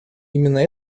именно